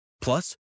Plus